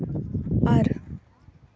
ᱟᱨ